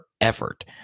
effort